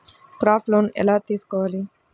Crop loan ఎలా తీసుకోవాలి?